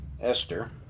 Esther